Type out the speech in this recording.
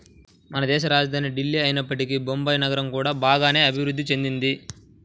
మనదేశ రాజధాని ఢిల్లీనే అయినప్పటికీ బొంబాయి నగరం కూడా బాగానే అభిరుద్ధి చెందింది